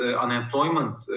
unemployment